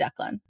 Declan